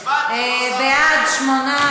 אבל הצבעתי, לא שמת